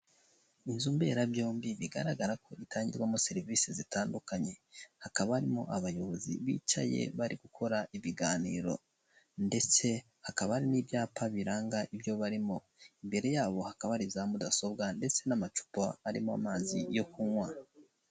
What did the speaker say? Inzu mberabyombi bigaragara ko itangirwamo serivisi zitandukanye hakaba harimo abayobozi bicaye bari gukora ibiganiro ndetse hakaba hari n'ibyapa biranga ibyo barimo, imbere yabo hakaba hari za mudasobwa ndetse n'amacupa arimo amazi yo kunywa.